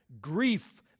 Grief